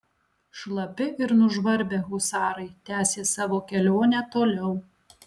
šlapi ir nužvarbę husarai tęsė savo kelionę toliau